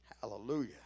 hallelujah